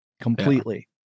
completely